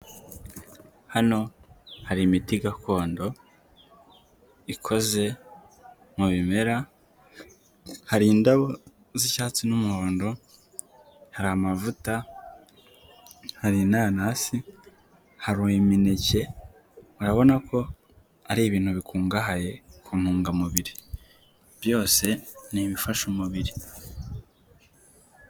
Hano hari imiti gakondo, ikoze, mu bimera, hari indabo z'icyatsi n'umuhondo, hari amavuta, hari inanasi hari imineke, urabona ko ari ibintu bikungahaye ku ntungamubiri, byose ni ibifasha umubiri.